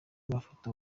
mafoto